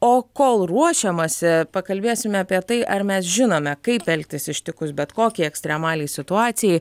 o kol ruošiamasi pakalbėsime apie tai ar mes žinome kaip elgtis ištikus bet kokiai ekstremaliai situacijai